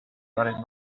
running